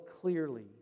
clearly